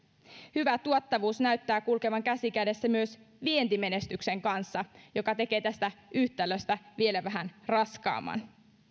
hyvä tuottavuus näyttää kulkevan käsi kädessä myös vientimenestyksen kanssa mikä tekee tästä yhtälöstä vielä vähän raskaamman